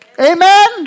Amen